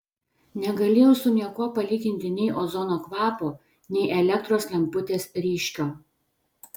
negalėjau su niekuo palyginti nei ozono kvapo nei elektros lemputės ryškio